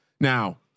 Now